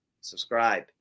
subscribe